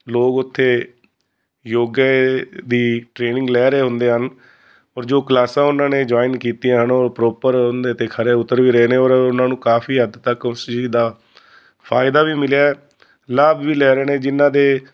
ਲੋਕ ਉੱਥੇ ਯੋਗੇ ਦੀ ਟ੍ਰੇਨਿੰਗ ਲੈ ਰਹੇ ਹੁੰਦੇ ਹਨ ਔਰ ਜੋ ਕਲਾਸਾਂ ਉਹਨਾਂ ਨੇ ਜੁਆਇਨ ਕੀਤੀਆਂ ਨੇ ਔਰ ਪ੍ਰੋਪਰ ਉਹਦੇ 'ਤੇ ਖਰੇ ਉਤਰ ਵੀ ਰਹੇ ਨੇ ਔਰ ਉਹਨਾਂ ਨੂੰ ਕਾਫ਼ੀ ਹੱਦ ਤੱਕ ਉਸ ਚੀਜ਼ ਦਾ ਫ਼ਾਇਦਾ ਵੀ ਮਿਲਿਆ ਹੈ ਲਾਭ ਵੀ ਲੈ ਰਹੇ ਨੇ ਜਿਨਾਂ ਦੇ